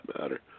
matter